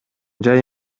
жай